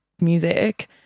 music